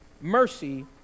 mercy